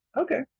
Okay